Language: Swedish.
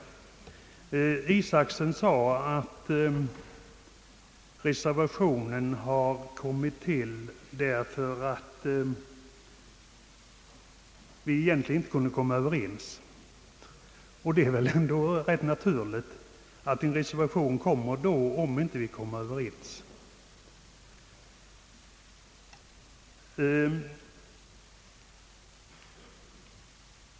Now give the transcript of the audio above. Herr Isacson sade att reservationen har tillkommit därför att vi inte kunde komma överens i utskottet. Ja, det är väl rätt naturligt att en reservation tillkommer under sådana förhållanden.